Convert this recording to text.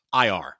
IR